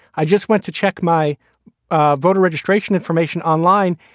i just want to check my ah voter registration information online.